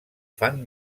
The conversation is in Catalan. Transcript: fan